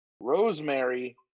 Rosemary